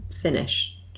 finish